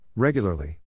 Regularly